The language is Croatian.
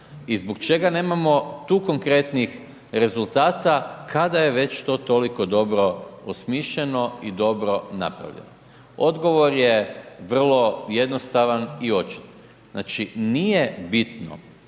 i zbog čega nemamo tu konkretnih rezultata kada je već to toliko dobro osmišljeno i dobro napravljeno. Odgovor je vrlo jednostavan i očit. Znači, nije bitno